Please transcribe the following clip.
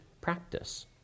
practice